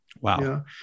Wow